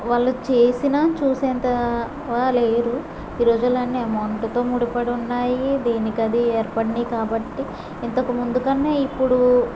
వాళ్ళు చేసిన చూసేంత వారు లేరు ఈ రోజుల్లో అన్ని అమౌంట్తో ముడి పడి ఉన్నాయి దేనికది ఏర్పడినాయి కాబట్టి ఇంతకు ముందుకన్నా ఇప్పుడు